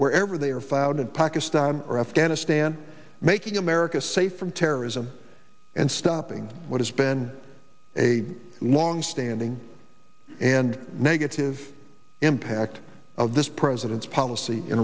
wherever they are found in pakistan or afghanistan making america safer in terrorism and stopping what has been a longstanding and negative impact of this president's policy in